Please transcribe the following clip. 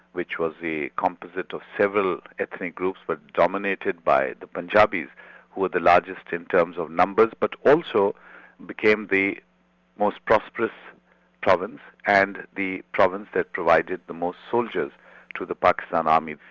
which was the composite of several ethnic groups but dominated by the punjabis, who were the largest in terms of numbers, but also became the most prosperous province and the province that provided the most soldiers to the pakistan army.